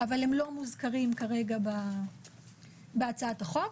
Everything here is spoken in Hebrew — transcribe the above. אבל הם לא מוזכרים כרגע בהצעת החוק.